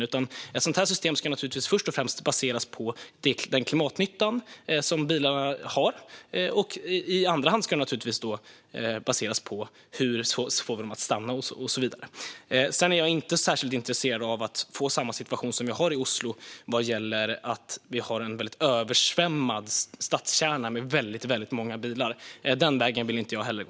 Ett sådant här system ska i stället först och främst baseras på bilarnas klimatnytta, och i andra hand på hur vi får dem att stanna kvar. Sedan är jag inte särskilt intresserad av att få samma situation som man har i Oslo, där man har en översvämmad stadskärna med väldigt många bilar. Den vägen vill jag inte gå.